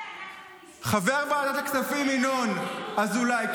חבר ועדת הכספים ינון אזולאי,